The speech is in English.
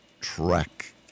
track